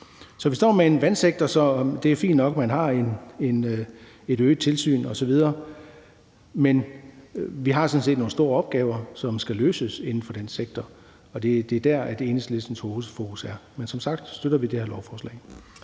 på at kunne producere brint. Det er fint nok, at man har et øget tilsyn osv. med vandsektoren, men vi har sådan set nogle store opgaver, som skal løses inden for den sektor, og det er dér, Enhedslistens hovedfokus er. Men som sagt støtter vi det her lovforslag.